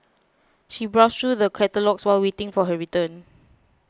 she browsed through the catalogues while waiting for her turn